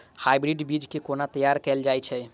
Hybrid बीज केँ केना तैयार कैल जाय छै?